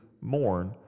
mourn